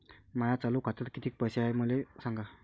माया चालू खात्यात किती पैसे हाय ते मले सांगा